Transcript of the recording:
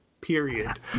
period